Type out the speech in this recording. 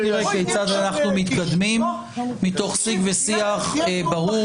נראה כיצד אנחנו מתקדמים מתוך שיג ושיח ברור